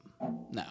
No